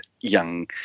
young